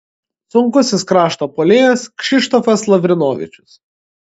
sunkusis krašto puolėjas kšištofas lavrinovičius